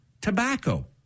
tobacco